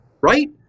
right